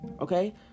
Okay